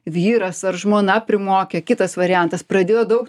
vyras ar žmona primokė kitas variantas pradėjo daug